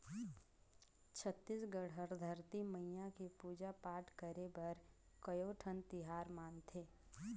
छत्तीसगढ़ हर धरती मईया के पूजा पाठ करे बर कयोठन तिहार मनाथे